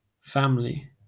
family